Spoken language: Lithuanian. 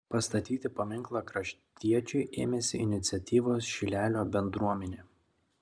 pastatyti paminklą kraštiečiui ėmėsi iniciatyvos šilelio bendruomenė